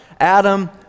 Adam